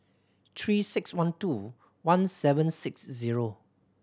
Three Six One two one seven six zero